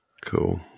Cool